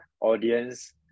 audience